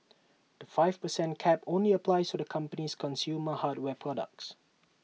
the five per cent cap only applies to the company's consumer hardware products